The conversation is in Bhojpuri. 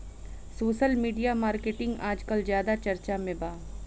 सोसल मिडिया मार्केटिंग आजकल ज्यादा चर्चा में बा